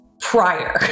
prior